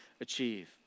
achieve